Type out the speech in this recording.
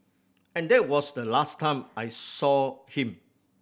and that was the last time I saw him